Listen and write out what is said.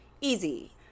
easy